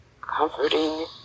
comforting